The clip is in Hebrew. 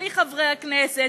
בלי חברי הכנסת,